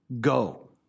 go